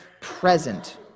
present